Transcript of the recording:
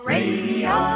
Radio